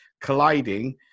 colliding